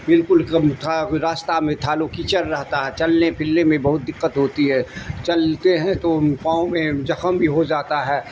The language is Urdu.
بالکل راستہ میں تھالوں کیچل رہتا ہے چلنے پلنے میں بہت دقت ہوتی ہے چلتے ہیں تو پاؤں میں جخم بھی ہو جاتا ہے